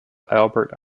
albert